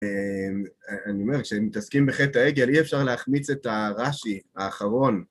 אני אומר, כשהם מתעסקים בחטא העגל, אי אפשר להחמיץ את הרש"י האחרון.